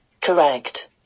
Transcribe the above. Correct